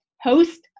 host